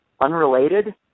unrelated